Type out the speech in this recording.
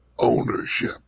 Ownership